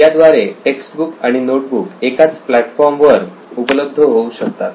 याद्वारे text book आणि notebook एकाच प्लॅटफॉर्म वर उपलब्ध होऊ शकतात